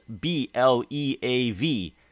B-L-E-A-V